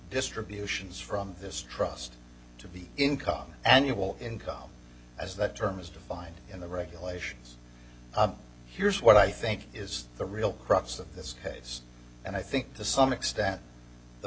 distributions from this trust to be income annual income as that term is defined in the regulations here's what i think is the real crux of this case and i think to some extent the